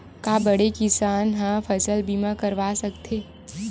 का बड़े किसान ह फसल बीमा करवा सकथे?